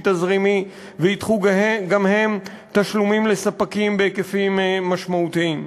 תזרימי וידחו גם הם תשלומים לספקים בהיקפים משמעותיים.